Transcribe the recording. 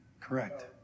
Correct